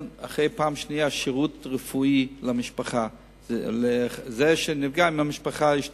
שירות רפואי לנפגע אם משפחתו השתוללה.